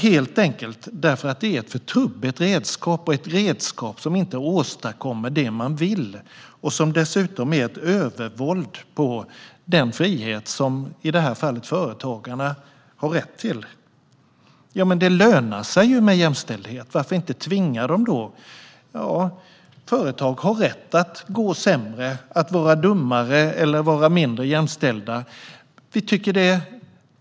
Anledningen är helt enkelt att det är ett för trubbigt redskap, som inte åstadkommer det man vill och som dessutom innebär ett övervåld mot den frihet som i detta fall företagarna har rätt till. Men det lönar ju sig med jämställdhet - varför inte tvinga dem då? Ja, företag har rätt att gå sämre, att vara dummare eller att vara mindre jämställda.